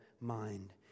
mind